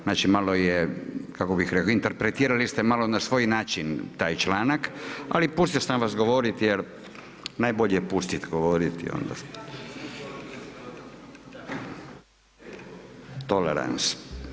Znači malo je, kako bih rekao, interpretirali ste malo na svoj način taj članak ali pustio sam vas govoriti jer najbolje je pustiti govoriti onda, tolerance.